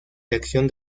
tracción